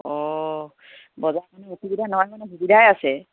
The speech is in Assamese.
অঁ বজাৰখনে অসুবিধা নহয় মানে সুবিধাই আছে